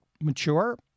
mature